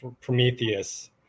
Prometheus